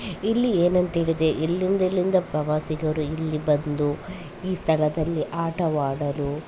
ಇಲ್ಲಿ ಏನಂತ ಹೇಳಿದ್ರೆ ಎಲ್ಲಿಂದೆಲ್ಲಿಂದ ಪ್ರವಾಸಿಗರು ಇಲ್ಲಿ ಬಂದು ಈ ಸ್ಥಳದಲ್ಲಿ ಆಟವಾಡಲು